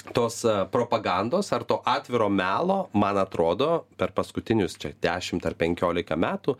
tos propagandos ar to atviro melo man atrodo per paskutinius čia dešimt ar penkiolika metų